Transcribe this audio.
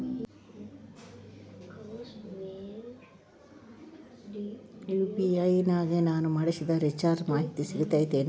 UPI ನಾಗ ನಾನು ಮಾಡಿಸಿದ ರಿಚಾರ್ಜ್ ಮಾಹಿತಿ ಸಿಗುತೈತೇನ್ರಿ?